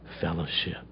Fellowship